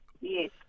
Yes